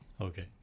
Okay